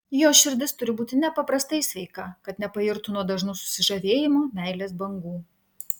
jos širdis turi būti nepaprastai sveika kad nepairtų nuo dažnų susižavėjimo meilės bangų